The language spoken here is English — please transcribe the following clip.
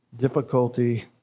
Difficulty